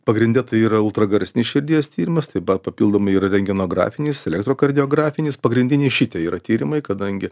pagrinde tai yra ultragarsinis širdies tyrimas taip pat papildomai yra rengenografinis elektrokardiografinis pagrindiniai šitie yra tyrimai kadangi